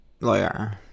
Lawyer